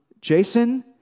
Jason